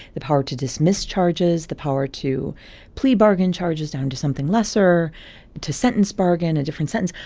the power to dismiss charges. the power to plea bargain charges down to something lesser to sentence bargain, a different sentence.